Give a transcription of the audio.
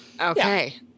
okay